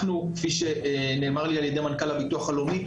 אנחנו כפי שנאמר לי על ידי מנכ"ל הביטוח הלאומי,